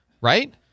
right